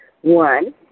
One